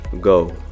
Go